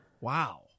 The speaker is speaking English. Wow